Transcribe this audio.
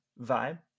vibe